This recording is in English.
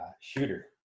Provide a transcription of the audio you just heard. Shooter